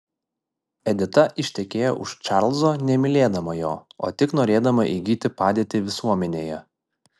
edita ištekėjo už čarlzo nemylėdama jo o tik norėdama įgyti padėtį visuomenėje